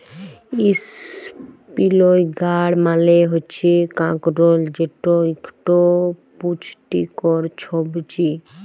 ইসপিলই গাড় মালে হচ্যে কাঁকরোল যেট একট পুচটিকর ছবজি